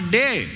day